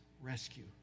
rescue